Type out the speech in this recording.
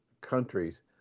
countries